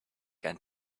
can